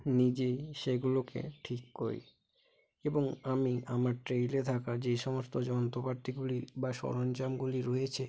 নিজেই সেগুলোকে ঠিক করি এবং আমি আমার ট্রেইলে থাকা যেই সমস্ত যন্ত্রপাতিগুলি বা সরঞ্জামগুলি রয়েছে